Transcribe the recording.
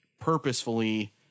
purposefully